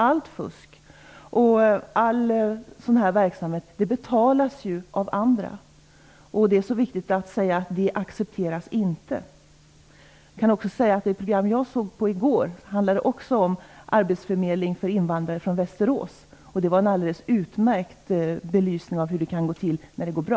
Allt fusk och all sådan här verksamhet betalas ju av andra. Det är viktigt att säga att detta inte accepteras. Det program jag såg i går handlade också om arbetsförmedling för invandrare. Det gällde Västerås. Det gav en alldeles utmärkt belysning av hur det kan gå till när det är bra.